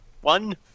One